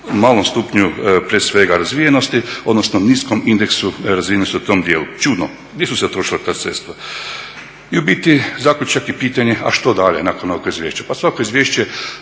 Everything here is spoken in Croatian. malom stupnju prije svega razvijenosti odnosno niskom indeksu razine su u tom dijelu. Čudno, gdje su se utrošila ta sredstva? I u biti zaključak i pitanje, a što dalje nakon ovakvog izvješća? Pa svako izvješće